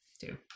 two